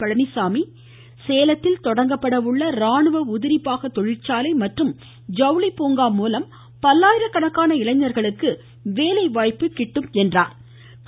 பழனிசாமி சேலத்தில் தொடங்கப்பட உள்ள ராணுவ உதிரிபாக தொழிந்சாலை மற்றும் ஜவுளிப்பூங்கா மூலம் பல்லாயிரக்கணக்கான இளைஞர்களுக்கு வேலைவாய்ப்பு கிடைக்கும் என்றாா்